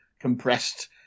compressed